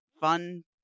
fun